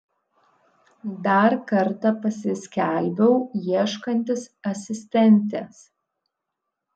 dar kartą pasiskelbiau ieškantis asistentės